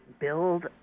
build